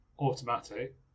Automatic